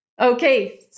Okay